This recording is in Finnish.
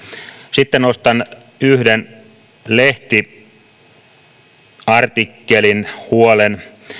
sitten nostan yhden lehtiartikkelin huolen